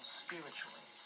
spiritually